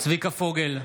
צביקה פוגל,